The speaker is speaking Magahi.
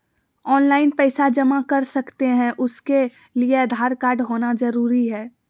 ऑनलाइन पैसा जमा कर सकते हैं उसके लिए आधार कार्ड होना जरूरी है?